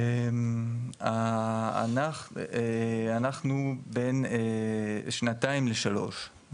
אנחנו בין שנתיים לשלוש,